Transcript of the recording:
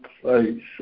place